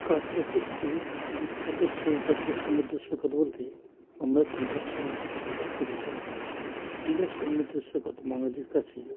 কাছাকাছি একটি বিখ্যাত সৈকত বা সমুদ্র সৈকত বলতে আমরা দীঘার সমুদ্র সৈকতকে বোঝাই দীঘার সমুদ্র সৈকত বাঙালির কাছে